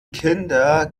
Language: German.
kinder